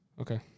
Okay